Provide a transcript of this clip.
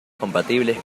compatibles